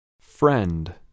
Friend